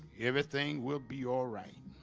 everything will be all right